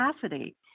capacity